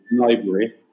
library